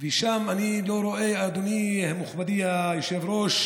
ושם אני לא רואה, אדוני, מכובדי היושב-ראש,